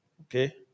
Okay